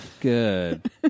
good